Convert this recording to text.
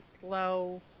slow